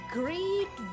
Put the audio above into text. great